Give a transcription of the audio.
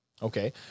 Okay